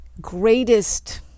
greatest